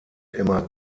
immer